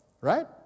right